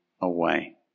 away